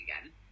again